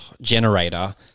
generator